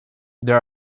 there